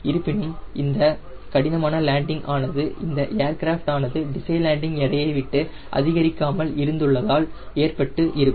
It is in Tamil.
இருப்பினும் இந்த கடினமான லேண்டிங் ஆனது இந்த ஏர்கிராஃப்ட் ஆனது டிசைன் லேண்டிங் எடையை விட்டு அதிகரிக்காமல் இருந்துள்ளதால் ஏற்பட்டு இருக்கும்